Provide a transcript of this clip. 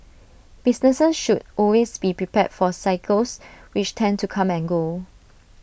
businesses should always be prepared for cycles which tend to come and go